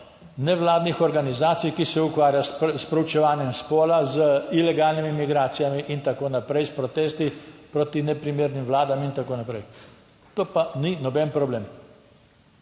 nevladnih organizacij, ki se ukvarjajo s proučevanjem spola, z ilegalnimi migracijami in tako naprej, s protesti proti neprimernim vladam in tako naprej, to pa ni noben problem.